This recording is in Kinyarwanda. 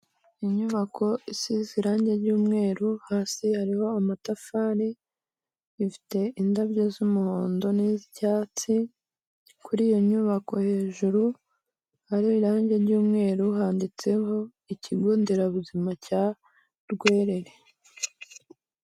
Inyubako isize irangi ry'umweru, hasi hariho amatafari, ifite indabyo z'umuhondo n''icyatsi, kuri iyo nyubako hejuru hari irangi ry'umweru, handitseho ikigo nderabuzima cya Rwerere.